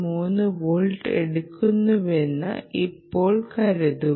3 volt എടുക്കുന്നുവെന്ന് ഇപ്പോൾ കരുതുക